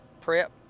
prep